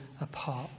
apart